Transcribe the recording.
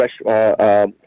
fresh